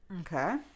Okay